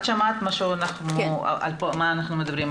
את שמעת על מה אנחנו מדברים,